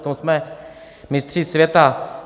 V tom jsme mistři světa.